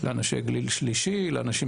לאנשי גיל שלישי ולאנשים